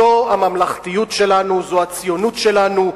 זו הממלכתיות שלנו, זו הציונות שלנו,